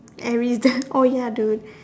airy zen oh ya dude